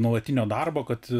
nuolatinio darbo kad